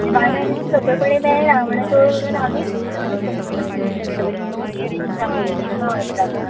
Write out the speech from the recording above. आनी मानाय तशें सोंपेपणी मेळना म्हणून आमीच काम करचे पडटा सगळी भुरगीं बीन आसा पळय तांकां व्हरता